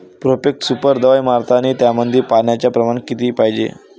Profex super दवाई मारतानी त्यामंदी पान्याचं प्रमाण किती पायजे?